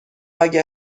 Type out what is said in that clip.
اگه